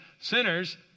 sinners